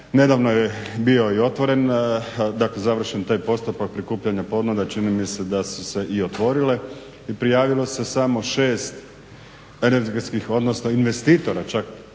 nedavno je bio i otvoren dakle završen taj postupak prikupljanja ponuda čini mi se da su se i otvorile i prijavilo se samo 6 investitora čak